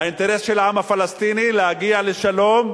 האינטרס של העם הפלסטיני להגיע לשלום,